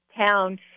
town